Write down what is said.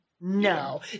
No